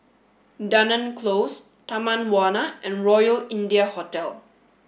Dunearn Close Taman Warna and Royal India Hotel